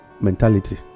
mentality